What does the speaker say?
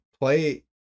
play